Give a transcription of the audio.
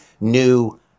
new